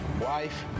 wife